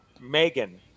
Megan